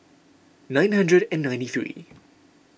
nine hundred and ninety three